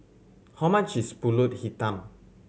how much is Pulut Hitam